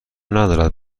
ندارد